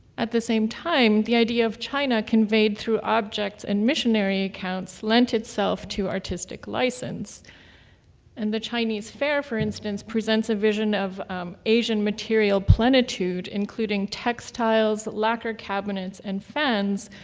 at the same time, the idea of china conveyed through object and missionary accounts lent itself to artistic license and the chinese fair for instance, presents a vision of asian material plentitude, including textiles, lacquered cabinets and fans,